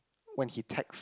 when he text